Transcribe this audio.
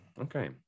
Okay